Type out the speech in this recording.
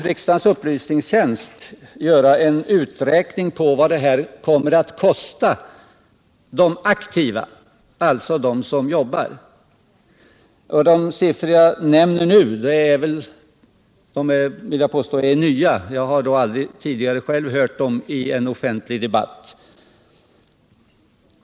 Riksdagens upplysningstjänst har gjort en uträkning som visar vad det här kommer att kosta de aktiva, dvs. dem som arbetar. Jag vill påstå att de siffror som jag nu nämner är nya. I varje fall har inte jag själv hört dem i en offentlig debatt.